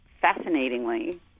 fascinatingly